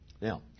Now